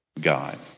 God